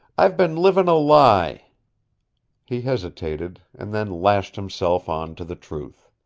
i've been livin' a lie he hesitated, and then lashed himself on to the truth.